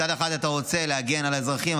מצד אחד אתה רוצה להגן על האזרחים,